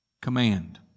Command